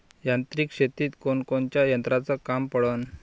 यांत्रिक शेतीत कोनकोनच्या यंत्राचं काम पडन?